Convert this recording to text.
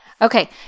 Okay